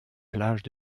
plages